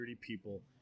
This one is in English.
people